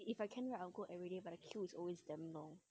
if I can right I will go everyday but the queue is always damn long